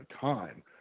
time